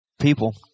people